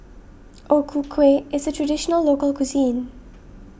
O Ku Kueh is a Traditional Local Cuisine